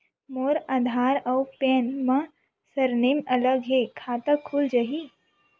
मोर आधार आऊ पैन मा सरनेम अलग हे खाता खुल जहीं?